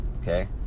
okay